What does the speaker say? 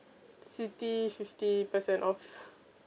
citi fifty percent off